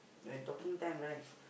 when talking time right